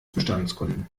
bestandskunden